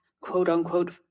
quote-unquote